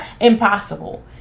impossible